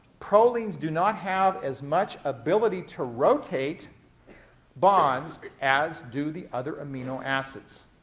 prolines do not have as much ability to rotate bonds as do the other amino acids.